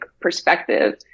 perspective